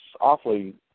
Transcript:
awfully